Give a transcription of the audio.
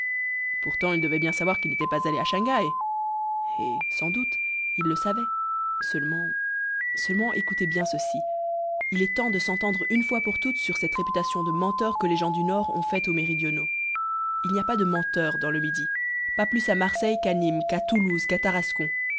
pourtant il devait bien savoir qu'il n'était pas allé à shang haï eh sans doute il le savait seulement seulement écoutez bien ceci il est temps de s'entendre une fois pour toutes sur cette réputation de menteurs que les gens du nord ont faite aux méridionaux il n'y a pas de menteurs dans le midi pas plus à marseille qu'à nîmes qu'à toulouse qu'à tarascon